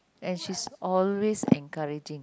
and she is always encouraging